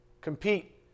compete